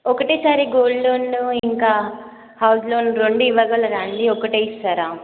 ఒకటేసారి gold loan ఇంకా house loan రెండూ ఇవ్వగలరా అండి ఒకటే ఇస్తారా